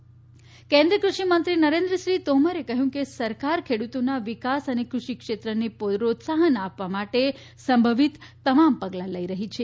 નરેન્દ્રસિંહ તોમર કેન્દ્રિય કૃષિમંત્રી નરેન્દ્રસિંહ તોમરે કહ્યું કે સરકાર ખેડૂતોના વિકાસ અને કૃષિ ક્ષેત્રને પ્રોત્સાહન માટે સંભવિત તમામ પગલા લઇ રહી છે